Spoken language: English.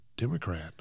Democrat